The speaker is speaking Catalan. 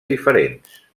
diferents